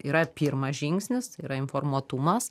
yra pirmas žingsnis yra informuotumas